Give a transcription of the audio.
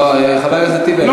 לא, חבר הכנסת טיבי.